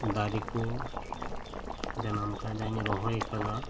ᱫᱟᱨᱮ ᱠᱚ ᱡᱟᱱᱟᱢ ᱟᱠᱟᱱᱟ ᱡᱟᱧ ᱨᱚᱦᱚᱭ ᱟᱠᱟᱫᱟ